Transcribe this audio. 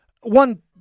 One